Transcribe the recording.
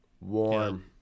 Warm